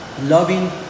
loving